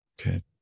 Okay